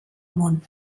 món